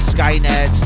Skynet